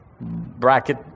bracket